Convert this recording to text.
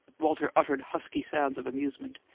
walter uttered husky sounds of amusement.